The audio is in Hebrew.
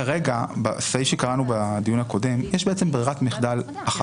כרגע בסעיף שקראנו בדיון הקודם יש ברירת מחדל אחת.